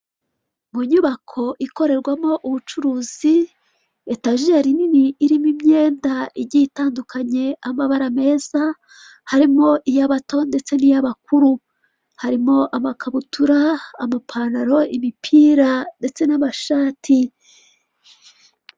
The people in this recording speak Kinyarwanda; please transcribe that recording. Mu nyubako ikorerwamo ubucuruzi , etajeri nini irimo imyenda igiye itandukanye y'amabara meza harimo iy'abato n'iyabakuru. Harimo amakabutura, amapantaro , imipira ndetse n'amashati.